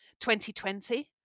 2020